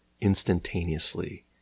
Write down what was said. instantaneously